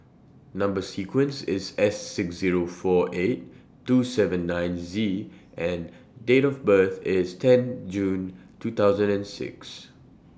Number sequence IS S six Zero four eight two seven nine Z and Date of birth IS tenth June two thousand and six